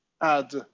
add